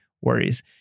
worries